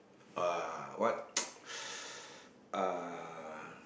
uh what uh